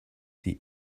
sie